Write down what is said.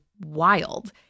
wild